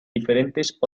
diferentes